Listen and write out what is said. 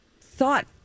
thought